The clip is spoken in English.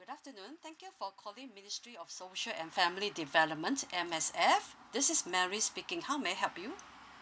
good afternoon thank you for calling ministry of social and family development M_S_F this is mary speaking how may I help you